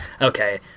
okay